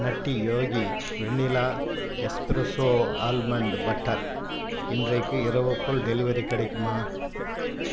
நட்டி Yogi vanilla espresso almond butter இன்றைக்கு இரவுக்குள் delivery கிடைக்குமா